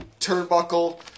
turnbuckle